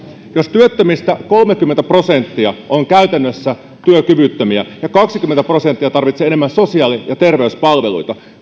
jos työttömistä kolmekymmentä prosenttia on käytännössä työkyvyttömiä ja kaksikymmentä prosenttia tarvitsee enemmän sosiaali ja terveyspalveluita